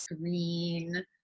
green